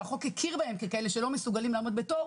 והחוק הכיר בהם ככאלה שלא מסוגלים לעמוד בתור,